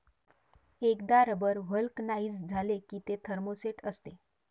एकदा rubber vulcanise झाले की ते थर्मोसेट असते